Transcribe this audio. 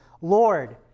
Lord